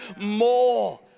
more